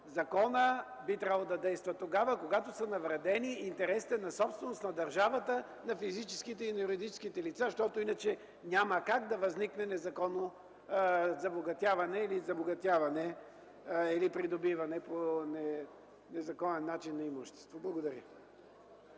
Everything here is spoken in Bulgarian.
законът би трябвало да действа тогава, когато са навредени интересите на собственост на държавата, на физическите и на юридическите лица, щото иначе няма как да възникне незаконно забогатяване или придобиване по незаконен начин на имущество. Благодаря.